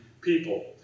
people